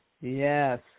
Yes